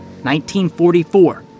1944